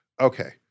Okay